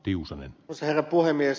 arvoisa herra puhemies